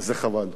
וחבל.